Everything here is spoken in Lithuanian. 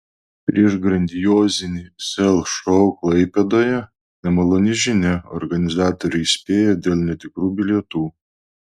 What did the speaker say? prieš grandiozinį sel šou klaipėdoje nemaloni žinia organizatoriai įspėja dėl netikrų bilietų